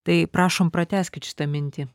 tai prašom pratęskit šitą mintį